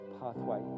pathway